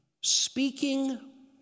speaking